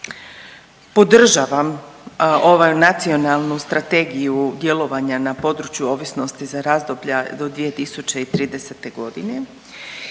podržavam ovu Nacionalnu strategiju djelovanja na području ovisnosti za razdoblja do 2030. godine